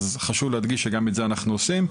חשוב לציין שגם את זה אנחנו עושים,